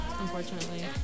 unfortunately